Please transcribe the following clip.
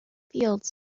fields